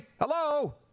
hello